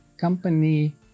company